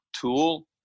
Tool